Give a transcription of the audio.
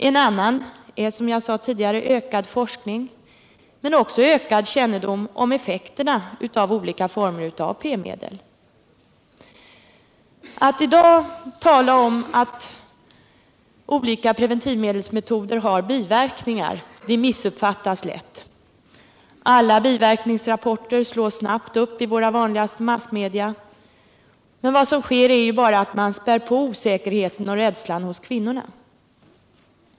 Ett annat sätt är, som jag sade tidigare, ökad forskning men också ökad kännedom om effekterna av olika former p-medel. Att i dag tala om att olika preventivmedelsmetoder har biverkningar missuppfattas lätt. Alla biverkningsrapporter slås snabbt upp i våra vanligaste massmedia, men vad som sker är ju bara att man späder på osäkerheten och rädslan hos kvinnorna.